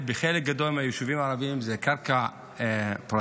בחלק גדול מהיישובים הערביים זה קרקע פרטית,